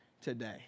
today